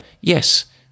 yes